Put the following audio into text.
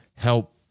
help